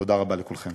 תודה רבה לכולכם.